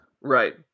Right